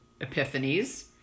epiphanies